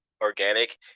Organic